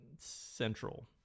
Central